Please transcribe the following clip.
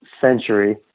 Century